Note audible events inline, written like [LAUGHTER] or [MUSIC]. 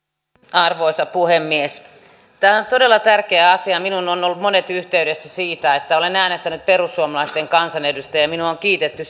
arvoisa puhemies tämä on todella tärkeä asia minuun ovat olleet monet yhteydessä siitä että olen äänestänyt perussuomalaisten kansanedustajia ja minua on kiitetty [UNINTELLIGIBLE]